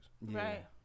Right